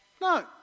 No